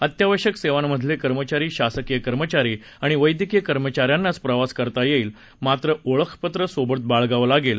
अत्यावश्यक सेवांमधले कर्मचारी शासकीय कर्मचारी आणि वैद्यकीय कर्मचाऱ्यांना प्रवास करता येईल मात्र ओळखपत्र सोबत बाळगावं लागेल